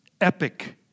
epic